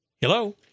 Hello